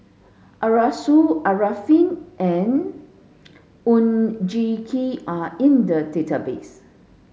Arasu Arifin and Oon Jin Gee are in the database